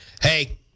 Hey